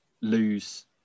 lose